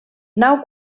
nau